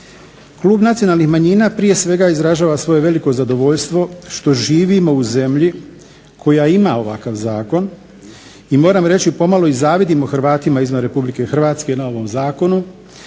Klub nacionalnih manjina prije svega izražava svoje veliko zadovoljstvo što živimo u zemlji koja ima ovakav zakon i moram reći pomalo i zavidimo Hrvatima izvan RH na ovom zakonu,